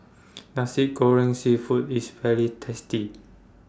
Nasi Goreng Seafood IS very tasty